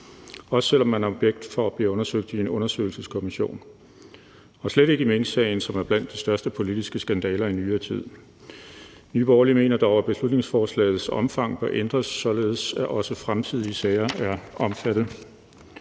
også selv om man er objekt for at blive undersøgt i en undersøgelseskommission – og slet ikke i minksagen, som er blandt de største politiske skandaler i nyere tid. Nye Borgerlige mener dog, at beslutningsforslagets omfang bør ændres, således at også fremtidige sager er omfattet.